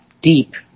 deep